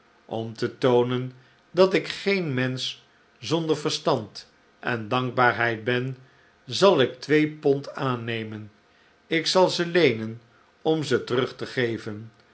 om te toonen dat ik geen mensch zonder verstand en dankbaarheid ben zal ik twee pond aannemen ik zal ze leenen om ze terug te geven